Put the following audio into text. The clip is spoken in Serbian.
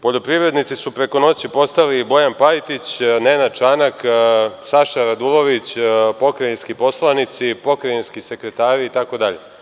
Poljoprivrednici su preko noći postali Bojan Pajtić, Nenad Čanak, Saša Radulović, pokrajinski poslanici, pokrajinski sekretari itd.